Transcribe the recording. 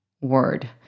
word